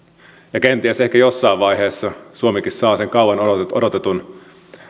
ja kenties ehkä jossain vaiheessa suomikin saa sen kauan odotetun